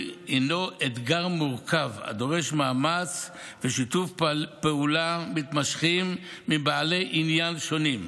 הוא אתגר מורכב הדורש מאמץ ושיתוף פעולה מתמשכים מבעלי עניין שונים.